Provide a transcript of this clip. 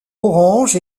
orange